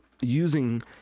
using